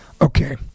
okay